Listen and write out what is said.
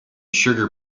sugar